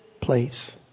place